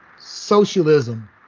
socialism